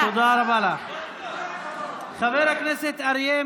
תודה רבה, חברת הכנסת מירב בן ארי.